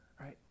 right